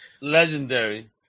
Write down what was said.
Legendary